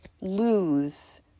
lose